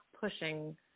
pushing